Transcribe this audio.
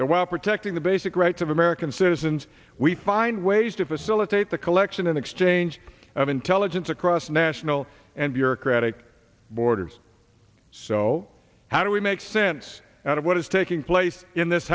that while protecting the basic rights of american citizens we find ways to facilitate the collection and exchange of intelligence across national and bureaucratic borders so how do we make sense out of what is taking place in this